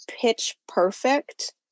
pitch-perfect